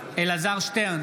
חוג'יראת,